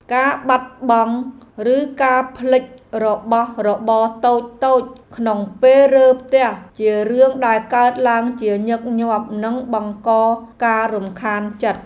ការបាត់បង់ឬការភ្លេចរបស់របរតូចៗក្នុងពេលរើផ្ទះជារឿងដែលកើតឡើងជាញឹកញាប់និងបង្កការរំខានចិត្ត។